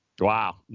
Wow